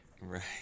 Right